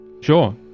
Sure